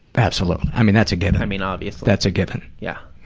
absolutely. i mean, that's a given. i mean, obviously. that's a given. yeah.